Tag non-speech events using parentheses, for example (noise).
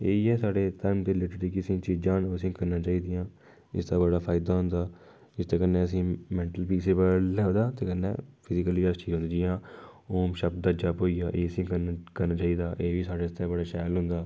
एह् ही साढ़े धर्म दे रिलटेड किसै चीज़ां न असेंगी करना चाहिदा इसदा बड़ा फायदा होंदा एह्दे कन्नै असें गी मैंटल बी (unintelligible) लभदा ते कन्नै फ्री (unintelligible) जियां ओम शब्द ऐ दा जप बी एह् असें गी करना करना चाहिदा एह् बी साढ़े अस्तै बड़ा शैल होंदा